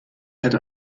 hätte